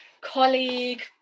colleague